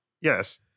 Yes